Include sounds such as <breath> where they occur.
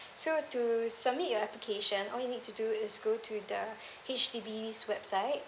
so to submit your application all you need to do is go to the <breath> H_D_B website